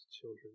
children